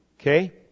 okay